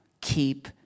keep